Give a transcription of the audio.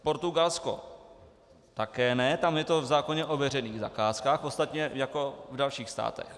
Portugalsko také ne, tam je to v zákoně o veřejných zakázkách, ostatně jako v dalších státech.